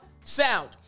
sound